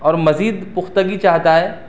اور مزید پختگی چاہتا ہے